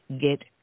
get